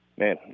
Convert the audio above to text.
man